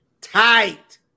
Tight